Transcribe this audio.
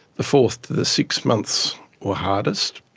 the fourth to the sixth months were hardest.